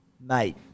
mate